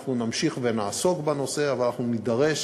אנחנו נמשיך ונעסוק בנושא, אבל אנחנו נידרש